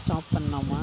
stop பண்ணலாமா